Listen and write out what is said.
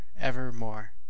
evermore